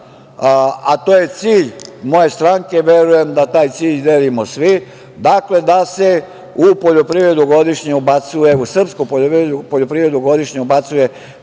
a to je cilj moje stranke, verujem da taj cilj delimo svi, da se u poljoprivredu godišnje, u srpsku poljoprivredu godišnje ubacuje